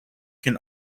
can